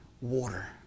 water